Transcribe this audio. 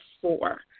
four